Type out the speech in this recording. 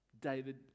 David